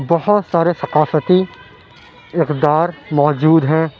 بہت سارے ثقافتی اقدار موجود ہیں